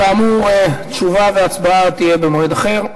כאמור, תשובה והצבעה במועד אחר.